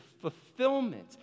fulfillment